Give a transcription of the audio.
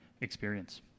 experience